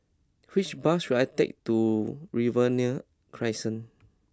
which bus should I take to Riverina Crescent